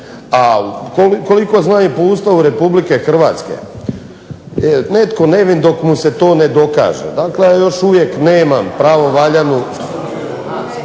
A koliko znam po Ustavu Republike Hrvatske netko je nevin dok mu se to ne dokaže, dakle ja još uvijek nemam pravovaljanu